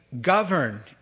govern